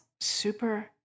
super